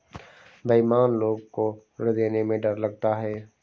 बेईमान लोग को ऋण देने में डर लगता है